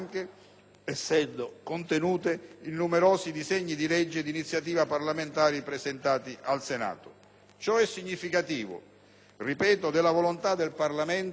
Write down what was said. quelle contenute in numerosi disegni di legge di iniziativa parlamentare presentati al Senato. Ciò è significativo - ripeto - della volontà del Parlamento